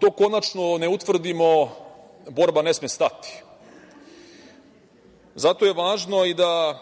to konačno ne utvrdimo, borba ne sme stati. Zato je važno i da,